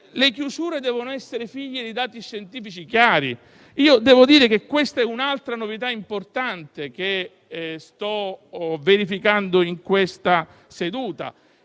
Le chiusure devono essere figlie di dati scientifici chiari. E devo dire che si tratta di un'altra novità importante che sto verificando in questa seduta.